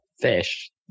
fish